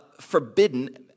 forbidden